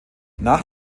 nach